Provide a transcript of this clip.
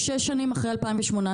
שש שנים אחרי 2018,